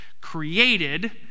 created